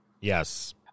Yes